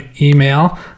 email